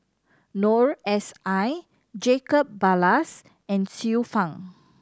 Noor S I Jacob Ballas and Xiu Fang